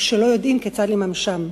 או שלא יודעים כיצד לממשן.